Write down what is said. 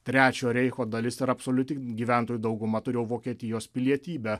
trečiojo reicho dalis ir absoliuti gyventojų dauguma turėjo vokietijos pilietybę